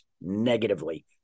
negatively